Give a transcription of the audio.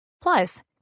Plus